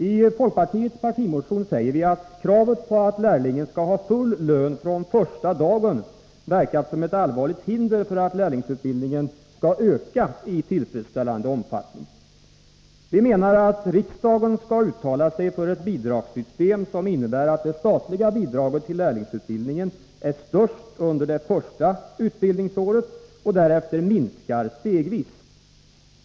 I folkpartiets partimotion säger vi att kravet på att lärlingen skall ha full lön från första dagen har verkat som ett allvarligt hinder för att lärlingsutbildningen skall öka i tillfredsställande omfattning. Vi menar att riksdagen skall uttala sig för ett bidragssystem som innebär att det statliga bidraget till lärlingsutbildningen är störst under det första utbildningsåret och därefter minskar stegvis.